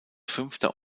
fünfter